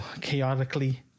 chaotically